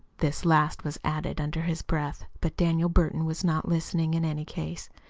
this last was added under his breath but daniel burton was not listening, in any case.